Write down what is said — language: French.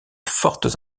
fortes